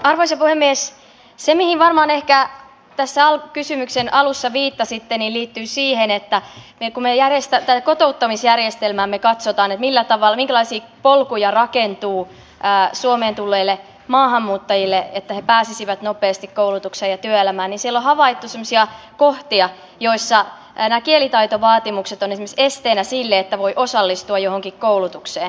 se mihin varmaan ehkä tässä kysymyksen alussa viittasitte liittyy siihen että kun kotouttamisjärjestelmäämme katsotaan että minkälaisia polkuja rakentuu suomeen tulleille maahanmuuttajille että he pääsisivät nopeasti koulutukseen ja työelämään niin siellä on havaittu semmoisia kohtia joissa nämä kielitaitovaatimukset ovat esimerkiksi esteenä sille että voi osallistua johonkin koulutukseen